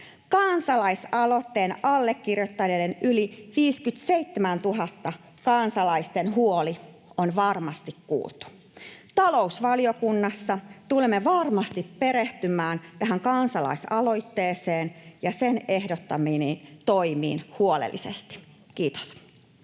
Kansalaisaloitteen allekirjoittaneiden yli 57 000 kansalaisen huoli on varmasti kuultu. Talousvaliokunnassa tulemme varmasti perehtymään tähän kansalais-aloitteeseen ja sen ehdottamiin toimiin huolellisesti. — Kiitos.